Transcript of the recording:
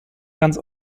ganz